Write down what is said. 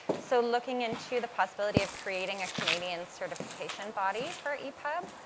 so, looking into the possibility of creating a canadian certification body for epub.